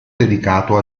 dedicato